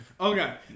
Okay